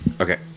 okay